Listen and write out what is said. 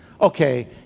Okay